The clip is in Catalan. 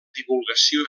divulgació